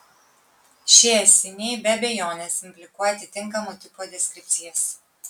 šie esiniai be abejonės implikuoja atitinkamų tipų deskripcijas